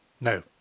No